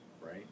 right